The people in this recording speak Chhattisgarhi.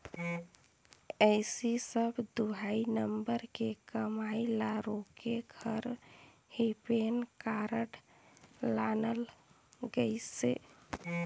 ऐही सब दुई नंबर के कमई ल रोके घर ही पेन कारड लानल गइसे